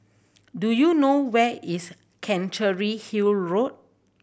do you know where is Chancery Hill Road